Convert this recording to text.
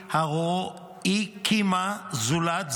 ללהרואיקימה זולת ז"ל,